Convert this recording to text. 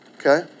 Okay